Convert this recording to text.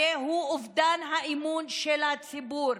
הרי הוא אובדן האמון של הציבור.